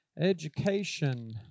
education